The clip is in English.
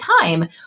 time